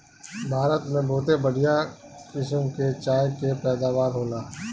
भारत में बहुते बढ़िया किसम के चाय के पैदावार होला